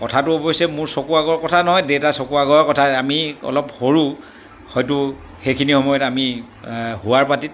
কথাটো অৱশ্যে মোৰ চকুৰ আগৰ কথা নহয় দেউতাৰ চকুৰ আগৰ কথা আমি অলপ সৰু হয়টো সেইখিনি সময়ত আমি শোৱাৰ পাটীত